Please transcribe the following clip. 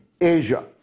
Asia